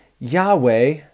Yahweh